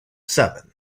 seven